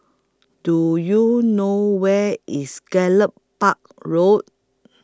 Do YOU know Where IS Gallop Park Road